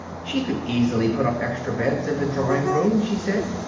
she could easily put up extra beds in the drawing-room, she said,